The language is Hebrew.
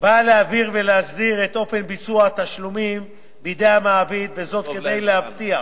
באה להבהיר ולהסדיר את אופן ביצוע התשלומים בידי המעביד כדי להבטיח